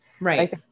right